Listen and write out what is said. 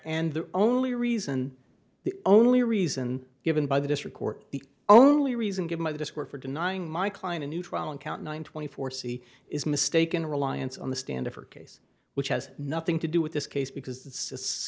and the only reason the only reason given by the district court the only reason given by the disk were for denying my client a new trial in count one twenty four c is mistaken reliance on the stand in her case which has nothing to do with this case because it's